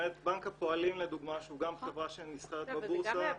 היה את בנק הפועלים לדוגמה שהוא גם חברה שנסחרת בבורסה.